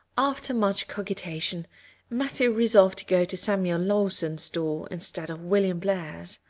after much cogitation matthew resolved to go to samuel lawson's store instead of william blair's.